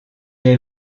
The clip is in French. est